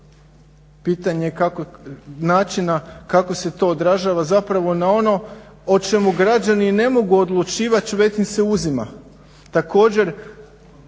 pitanje načina kako se to odražava zapravo na ono o čemu građani ne mogu odlučivati već im se uzima. Također,